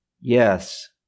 Yes